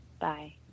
Bye